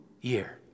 year